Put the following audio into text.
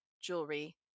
jewelry